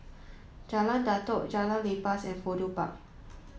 Jalan Datoh Jalan Lepas and Fudu Park